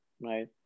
Right